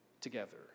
together